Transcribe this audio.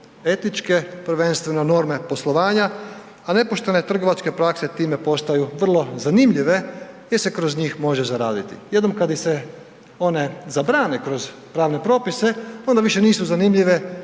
etičke, prvenstveno norme poslovanja, a nepoštene trgovačke prakse time postaju vrlo zanimljive jer se kroz njih može zaraditi. Jednom kada se one zabrane kroz pravne propise onda više nisu zanimljive